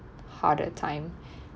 hard that time